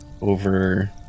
over